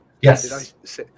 Yes